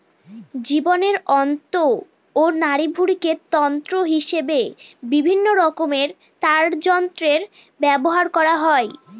জীবের অন্ত্র ও নাড়িভুঁড়িকে তন্তু হিসেবে বিভিন্নরকমের তারযন্ত্রে ব্যবহার করা হয়